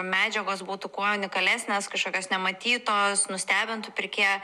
medžiagos būtų kuo unikalesnės kažkokios nematytos nustebintų pirkėją